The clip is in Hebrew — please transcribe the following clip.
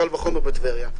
קל וחומר בטבריה.